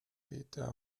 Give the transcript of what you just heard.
peter